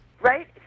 Right